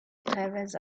teilweise